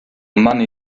money